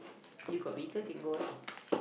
you got vehicle can go lah